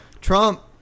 Trump